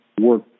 work